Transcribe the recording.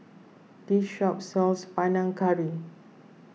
this shop sells Panang Curry